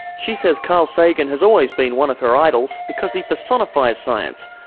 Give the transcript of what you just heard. she says carl sagan has always been one of her idols because he personifies science,